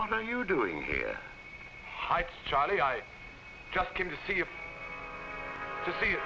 on are you doing hi charlie i just came to see you to see